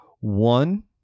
One